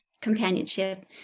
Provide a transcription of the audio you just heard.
companionship